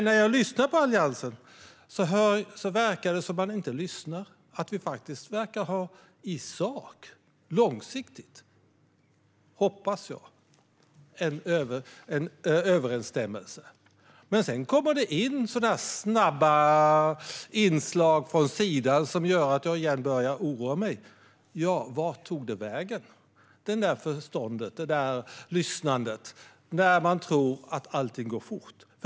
När jag lyssnar på Alliansen verkar det som att man inte har hört att vi är överens i sak, för det kommer snabba slag från sidan som gör att jag åter börja oroa mig. Jag undrar vart förnuftet och lyssnandet tog vägen eftersom man tror att allt går fort.